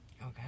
Okay